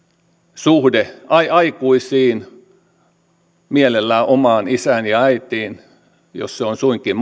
suhde aikuisiin mielellään omaan isään ja äitiin jos se on suinkin